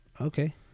Okay